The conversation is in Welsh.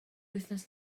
wythnos